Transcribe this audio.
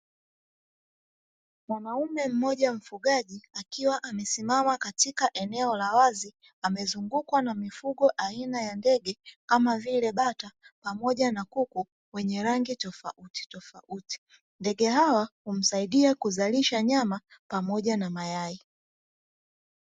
Mwanaume mmoja mfugaji akiwa amesimama katika eneo la wazi amezungukwa na mifugo aina ya ndege kama vile bata pamoja na kuku wenye rangi tofautitofauti, ndege hawa kumsaidia kuzalisha nyama pamoja na mayai.